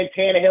Tannehill